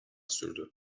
sürdü